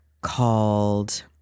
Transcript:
called